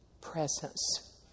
presence